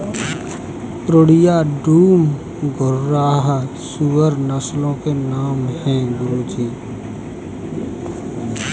पूर्णिया, डूम, घुर्राह सूअर नस्लों के नाम है गुरु जी